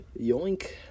Yoink